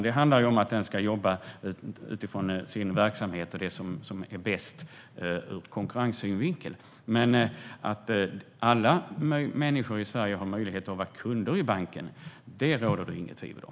Det handlar om att banken ska jobba utifrån sin verksamhet och det som är bäst ur konkurrenssynvinkel. Att alla människor i Sverige har möjlighet att vara kunder i banken råder det inget tvivel om.